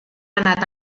anat